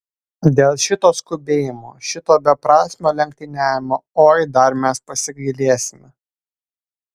dėl šito skubėjimo šito beprasmio lenktyniavimo oi dar mes pasigailėsime